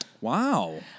Wow